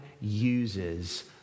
uses